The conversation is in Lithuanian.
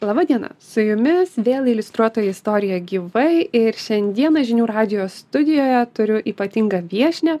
laba diena su jumis vėl iliustruota istorija gyvai ir šiandieną žinių radijo studijoje turiu ypatingą viešnią